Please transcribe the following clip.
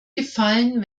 gefallen